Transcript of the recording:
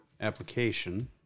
application